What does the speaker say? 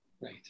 Right